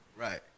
right